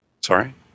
Sorry